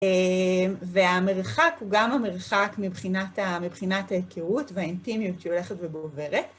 והמרחק הוא גם המרחק מבחינת ההכרות והאינטימיות שהיא הולכת וגוברת.